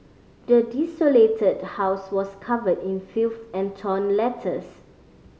the desolated house was covered in filth and torn letters